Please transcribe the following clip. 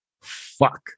Fuck